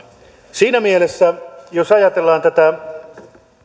siinä mielessä jos ajatellaan tätä